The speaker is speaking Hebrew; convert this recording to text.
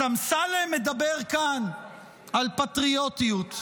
אז אמסלם מדבר כאן על פטריוטיות.